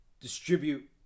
distribute